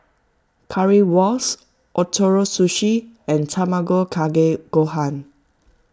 Currywurst Ootoro Sushi and Tamago Kake Gohan